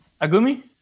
Agumi